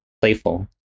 playful